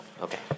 okay